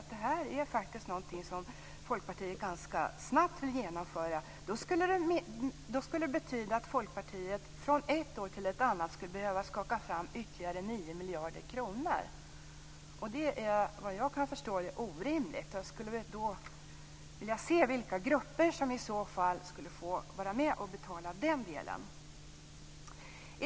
Såvitt jag förstår är det orimligt. Jag skulle vilja se vilka grupper som i så fall fick vara med och betala den delen.